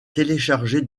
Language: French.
télécharger